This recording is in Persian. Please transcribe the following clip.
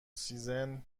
سیزن